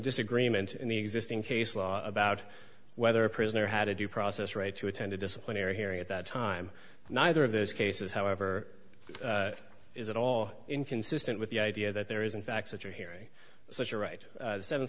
disagreement in the existing case law about whether a prisoner had a due process right to attend a disciplinary hearing at that time neither of those cases however is at all inconsistent with the idea that there is in fact that you're hearing such a right seven